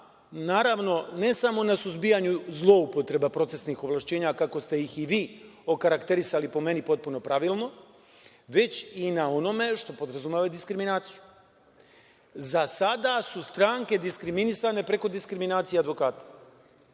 problema ne samo na suzbijanju zloupotreba procesnih ovlašćenja, kako ste ih i vi okarakterisali, po meni potpuno pravilno, već i na onome što podrazumeva diskriminaciju. Za sada su stranke diskriminisane preko diskriminacije